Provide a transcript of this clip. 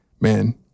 man